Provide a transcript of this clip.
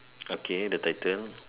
okay the title